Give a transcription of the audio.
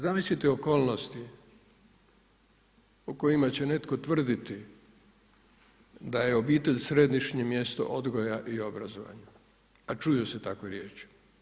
Zamislite okolnosti o kojima će netko tvrditi da je obitelj središnje mjesto odgoja i obrazovanja, a čuju se takve riječi.